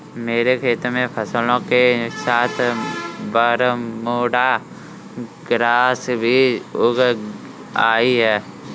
मेरे खेत में फसलों के साथ बरमूडा ग्रास भी उग आई हैं